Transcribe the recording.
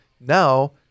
now